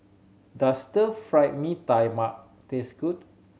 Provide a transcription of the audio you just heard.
does Stir Fried Mee Tai Mak taste good